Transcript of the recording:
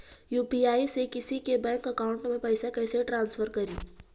UPI से किसी के बैंक अकाउंट में पैसा कैसे ट्रांसफर करी?